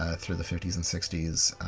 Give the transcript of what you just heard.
ah through the fifty s and sixty s,